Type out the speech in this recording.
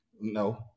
No